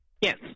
Yes